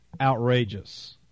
outrageous